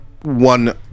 one